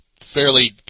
fairly